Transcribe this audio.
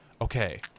Okay